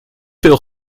veel